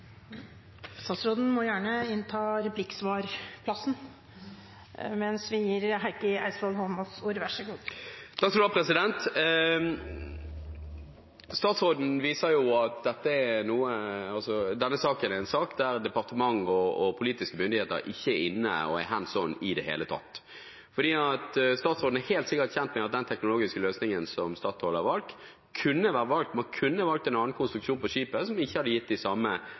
Statsråden viser jo at denne saken er en sak der departement og politiske myndigheter ikke er inne og er «hands on» i det hele tatt. For statsråden er helt sikkert kjent med at når det gjelder den teknologiske løsningen som Statoil har valgt, kunne man valgt en annen konstruksjon på skipet som ikke hadde gitt den samme typen tekniske utfordringer. Men statsråden har vel, som sin forgjenger, valgt «hands off»-strategien for bransjen, nemlig å si som så at det er opp til bransjen å velge de